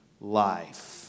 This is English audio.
life